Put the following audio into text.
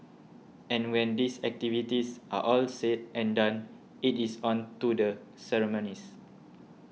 and when these activities are all said and done it is on to the ceremonies